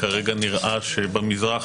כרגע נראה שבמזרח,